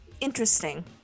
Interesting